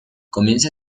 comienza